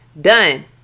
done